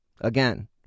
Again